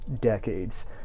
decades